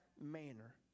manner